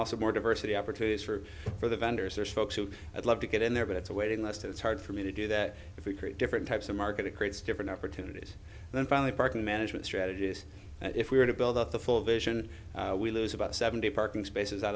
also more diversity opportunities for for the vendors there's folks who would love to get in there but it's a waiting list it's hard for me to do that if we create different types of market it creates different opportunities then finally parking man strategies that if we were to build up the full vision we lose about seventy parking spaces out